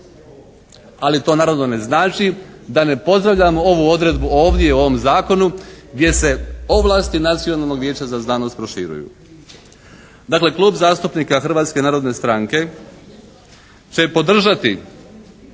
Ali to naravno ne znači da ne pozdravljam ovu odredbu ovdje u ovom zakonu gdje se ovlasti Nacionalnog vijeća za znanost proširuju. Dakle Klub zastupnika Hrvatske narodne stranke će podržati